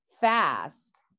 fast